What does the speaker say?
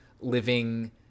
living